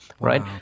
right